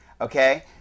Okay